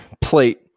plate